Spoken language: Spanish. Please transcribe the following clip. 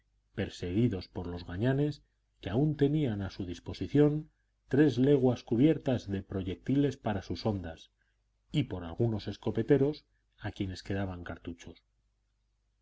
perseguidos por los gañanes que aún tenían a su disposición tres leguas cubiertas de proyectiles para sus hondas y por algunos escopeteros a quienes quedaban cartuchos